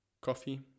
coffee